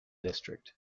district